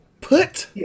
Put